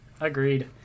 agreed